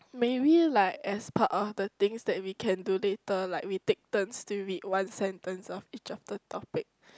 maybe like as part of the things that we can do later like we take turns to read one sentence of each of the topic